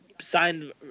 signed